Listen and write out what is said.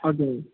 okay